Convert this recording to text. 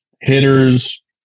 hitters